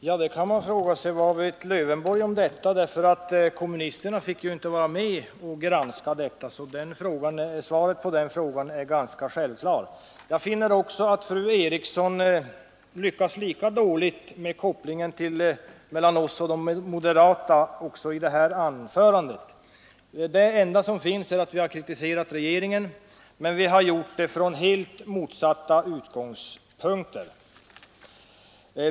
Herr talman! Ja, det kan fru Eriksson fråga. Vad vet Lövenborg om detta? Kommunisterna fick ju inte vara med att granska, varför svaret är ganska självklart. Jag finner att fru Eriksson i Stockholm lyckats lika dåligt med kopplingen mellan oss och moderaterna också i sitt andra anförande. Det enda som finns att säga är att vi båda kritiserat regeringen, men vi har gjort det från helt motsatta utgångspunkter.